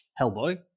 Hellboy